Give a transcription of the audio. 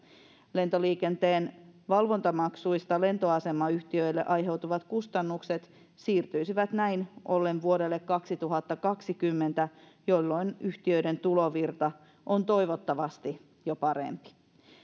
lentoliikenteen valvontamaksuista lentoasemayhtiöille aiheutuvat kustannukset siirtyisivät näin ollen vuodelle kaksituhattakaksikymmentäyksi jolloin yhtiöiden tulovirta on toivottavasti jo parempi